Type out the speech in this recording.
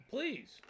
Please